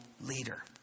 leader